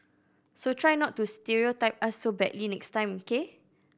so try not to stereotype us so badly next time K